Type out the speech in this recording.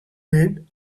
read